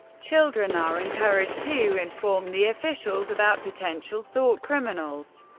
children are encouraged to inform the officials about potential thought criminals,